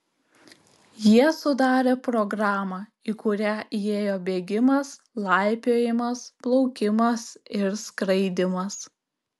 jie sudarė programą į kurią įėjo bėgimas laipiojimas plaukimas ir skraidymas